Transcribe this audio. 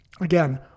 Again